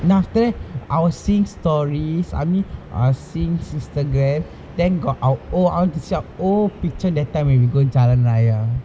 then after that I was seeing stories I mean I'm seeing Instagram then got our old oh I want to see our old pictures that time we went to jalan raya